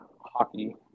hockey